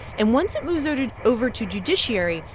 and once it moves over to over to judiciary,